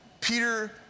Peter